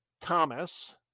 Thomas